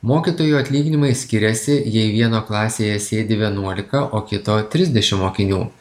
mokytojų atlyginimai skiriasi jei vieno klasėje sėdi vienuolika o kito trisdešim mokinių